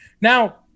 Now